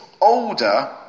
older